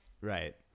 right